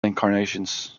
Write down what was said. incarnations